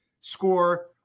score